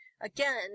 again